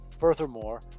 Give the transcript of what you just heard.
Furthermore